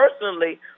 personally